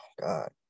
God